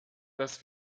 dass